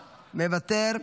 מוותר,